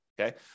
Okay